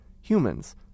Humans